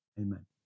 Amen